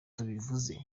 tubivuze